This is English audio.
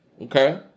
Okay